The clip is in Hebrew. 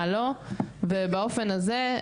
מה לא ובאופן הזה,